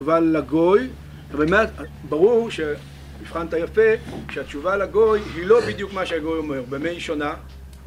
התשובה לגוי, ברור שהבחנת יפה שהתשובה לגוי היא לא בדיוק מה שהגוי אומר. במה היא שונה?